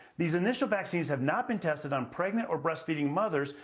these initial vaccines have not been tested on pregnant or breast-feeding mothers.